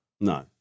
No